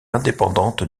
indépendante